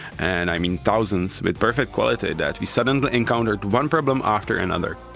and i mean thousands with perfect quality that we suddenly encountered one problem after another.